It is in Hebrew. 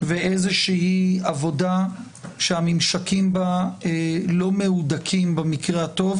ואיזושהי עבודה שהממשקים בה לא מהודקים במקרה הטוב,